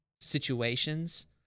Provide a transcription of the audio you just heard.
situations